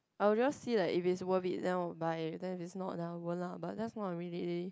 I'll just see like if it's worth it then I'll buy but if it's not then I won't lah but that's not really